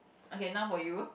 okay now for you